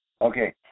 Okay